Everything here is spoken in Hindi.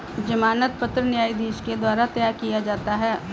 जमानत पत्र न्यायाधीश के द्वारा तय किया जाता है